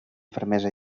fermesa